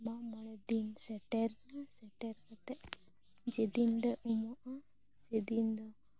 ᱢᱟᱜ ᱢᱚᱬᱮ ᱫᱤᱱ ᱥᱮᱴᱮᱨ ᱱᱟ ᱥᱮᱴᱮᱨ ᱠᱟᱛᱮ ᱡᱮ ᱫᱤᱱ ᱞᱮ ᱩᱢᱩᱜᱼᱟ ᱥᱮ ᱫᱤᱱ ᱫᱚ